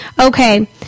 Okay